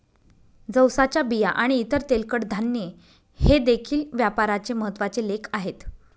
जवसाच्या बिया आणि इतर तेलकट धान्ये हे देखील व्यापाराचे महत्त्वाचे लेख आहेत